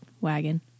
wagon